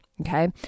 Okay